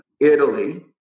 Italy